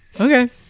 okay